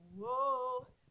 whoa